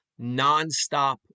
nonstop